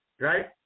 right